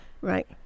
right